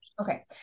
Okay